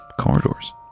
corridors